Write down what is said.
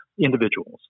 individuals